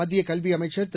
மத்திய கல்வி அமைச்சர் திரு